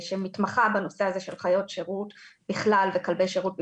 שמתמחה בנושא הזה של חיות שירות בכלל וכלבי שירות בפרט,